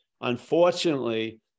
unfortunately